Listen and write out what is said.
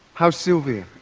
how's sylvia?